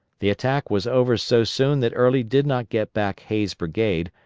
the attack was over so soon that early did not get back hays' brigade,